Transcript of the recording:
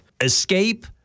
escape